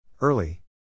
Early